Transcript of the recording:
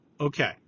Okay